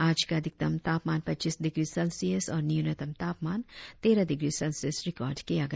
आज का अधिकतम तापमान पच्चीस डिग्री सेल्सियस और न्यूनतम तापमान तेरह डिग्री सेल्सियस रिकार्ड किया गया